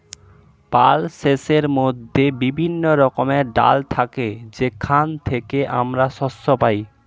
পালসেসের মধ্যে বিভিন্ন রকমের ডাল থাকে যেখান থেকে আমরা শস্য পাই